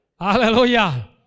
Hallelujah